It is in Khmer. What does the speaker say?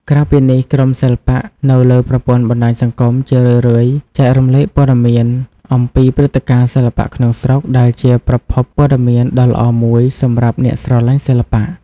ក្រៅពីនេះ ក្រុមសិល្បៈ នៅលើប្រព័ន្ធបណ្តាញសង្គម ជារឿយៗចែករំលែកព័ត៌មានអំពីព្រឹត្តិការណ៍សិល្បៈក្នុងស្រុក ដែលជាប្រភពព័ត៌មានដ៏ល្អមួយសម្រាប់អ្នកស្រឡាញ់សិល្បៈ។